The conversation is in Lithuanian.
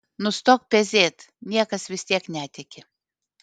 nustok pezėt niekas vis tiek netiki